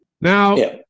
now